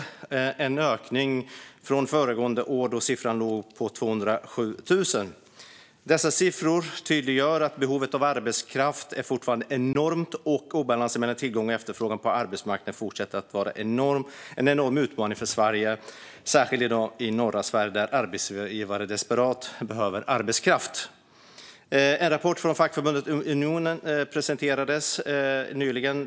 Det är en ökning från föregående år, då siffran låg på 207 000. Dessa siffror tydliggör att behovet av arbetskraft fortfarande är enormt och att obalansen mellan tillgång och efterfrågan på arbetsmarknaden fortsätter att vara enorm. Det är en enorm utmaning för Sverige, särskilt i norra Sverige där arbetsgivare desperat behöver arbetskraft. En rapport från fackförbundet Unionen presenterades nyligen.